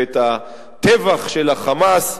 ואת הטבח של ה"חמאס"